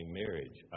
marriage